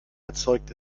erzeugt